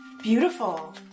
beautiful